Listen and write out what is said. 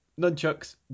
nunchucks